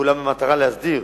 כולם במטרה להסדיר,